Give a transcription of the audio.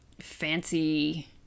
fancy